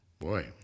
boy